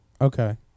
Okay